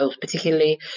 particularly